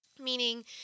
meaning